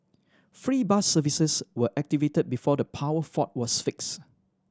free bus services were activated before the power fault was fixed